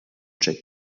check